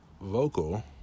Vocal